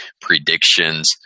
predictions